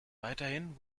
weiterhin